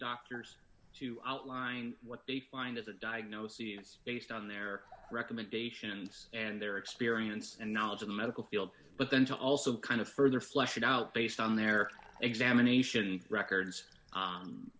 doctors to outline what they find as a diagnosis based on their recommendations and their experience and knowledge of the medical field but then to also kind of further flesh it out based on their examination records